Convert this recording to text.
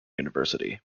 university